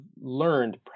learned